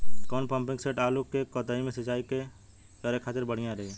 कौन pumping set आलू के कहती मे सिचाई करे खातिर बढ़िया रही?